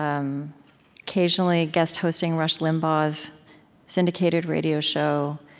um occasionally guest hosting rush limbaugh's syndicated radio show.